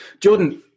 Jordan